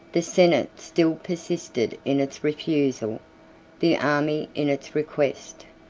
the senate still persisted in its refusal the army in its request.